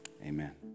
Amen